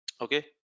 Okay